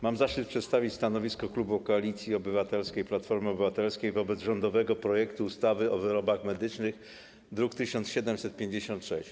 Mam zaszczyt przedstawić stanowisko klubu Koalicji Obywatelskiej - Platformy Obywatelskiej wobec rządowego projektu ustawy o wyrobach medycznych, druk nr 1764.